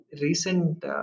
recent